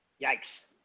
Yikes